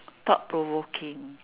thought provoking